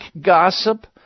gossip